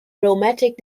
rheumatic